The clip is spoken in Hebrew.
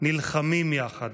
נלחמים יחד.